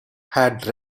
had